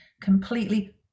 completely